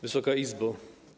Wysoka Izbo!